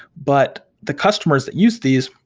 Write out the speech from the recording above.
but the customers that use these,